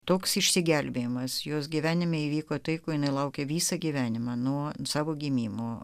toks išsigelbėjimas jos gyvenime įvyko tai ko jinai laukė visą gyvenimą nuo savo gimimo